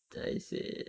oh I see